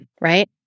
Right